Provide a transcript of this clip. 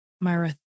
Myra